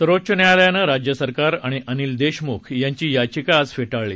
सर्वोच्च न्यायालयानं राज्य सरकार आणि अनिल देशमुख यांची याचिका आज फेटाळली